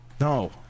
No